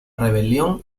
rebelión